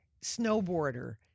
snowboarder